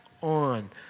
on